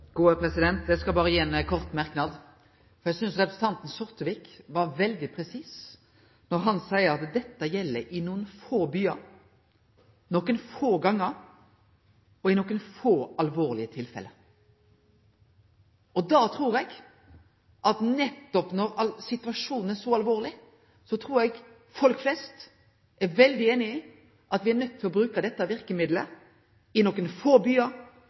Sortevik var veldig presis da han sa at dette gjeld i nokre få byar, nokre få gonger og i nokre få alvorlege tilfelle. Nettopp når situasjonen er så alvorleg, trur eg at folk flest er veldig einige i at me er nøydde til å bruke dette verkemiddelet i nokre få byar,